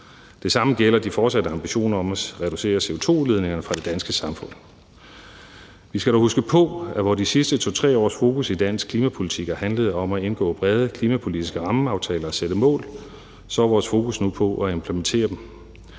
Det samme gælder de fortsatte ambitioner om reducere CO2-udledningerne fra det danske samfund. Vi skal dog huske på, at hvor de sidste 2-3 års fokus i dansk klimapolitik har handlet om at indgå brede klimapolitiske rammeaftaler og sætte mål, så er vores fokus nu på at implementere dem.